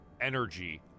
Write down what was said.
energy